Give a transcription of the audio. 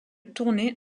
tournée